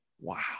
Wow